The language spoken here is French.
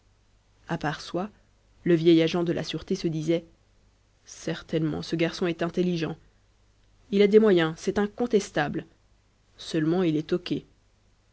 à part soi le vieil agent de la sûreté se disait certainement ce garçon est intelligent il a des moyens c'est incontestable seulement il est toqué